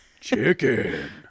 Chicken